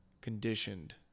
conditioned